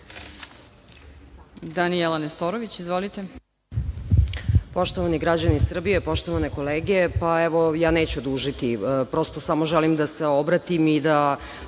**Danijela Nestorović** Poštovani građani Srbije, poštovane kolege, evo, neću dužiti, prosto samo želim da se obratim i da